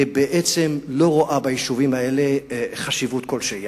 ובעצם לא רואה ביישובים האלה חשיבות כלשהי.